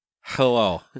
Hello